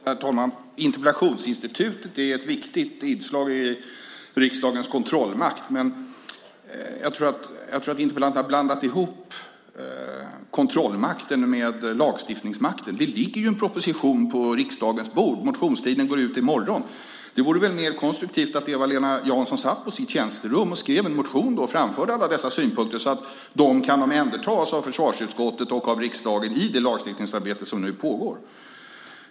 Herr talman! Interpellationsinstitutet är ett viktigt inslag i riksdagens kontrollmakt. Men jag tror interpellanten har blandat ihop kontrollmakten med lagstiftningsmakten. Det ligger en proposition på riksdagens bord, och motionstiden går ut i morgon. Det vore väl mer konstruktivt om Eva-Lena Jansson satt på sitt tjänsterum och skrev en motion och framförde alla dessa synpunkter, så att de kan omhändertas av försvarsutskottet och av riksdagen i det lagstiftningsarbete som nu pågår.